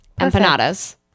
Empanadas